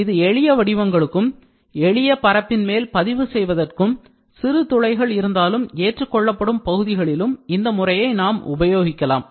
இது எளிய வடிவங்களுக்கும் எளிய பரப்பின் மேல் பதிவு செய்வதற்கும் சிறு துளைகள் இருந்தாலும் ஏற்றுக்கொள்ளப்படும் பகுதிகளிலும் இந்த முறையை நாம் உபயோகிக்கலாம்